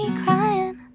crying